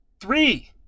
three